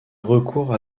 recours